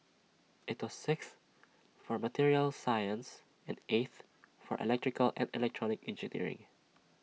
IT was sixth for materials science and eighth for electrical and electronic engineering